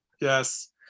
yes